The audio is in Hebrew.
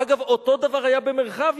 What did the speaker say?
אגב, אותו דבר היה במרחביה.